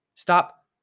Stop